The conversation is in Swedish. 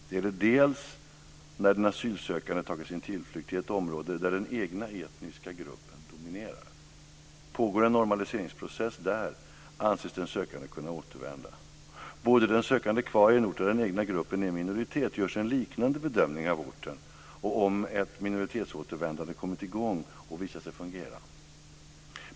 Det gäller när den asylsökande tagit sin tillflykt till ett område där den egna etniska gruppen dominerar. Pågår en normaliseringsprocess där anses den sökande kunna återvända. Bodde den sökande kvar i en ort där den egna gruppen är i minoritet görs en liknande bedömning av orten och om ett minoritetsåtervändande kommit i gång och visat sig fungera.